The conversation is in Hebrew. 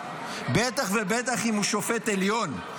בטח ובטח אם הוא שופט עליון,